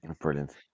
Brilliant